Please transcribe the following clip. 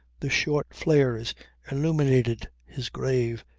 the short flares illuminated his grave,